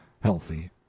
healthy